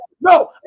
No